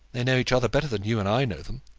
they know each other better than you and i know them.